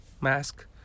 mask